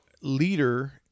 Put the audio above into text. leader